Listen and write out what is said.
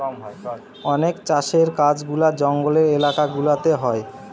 অনেক চাষের কাজগুলা জঙ্গলের এলাকা গুলাতে হয়